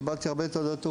קיבלתי הרבה תעודות הוקרה,